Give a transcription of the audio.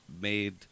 made